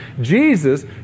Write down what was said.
Jesus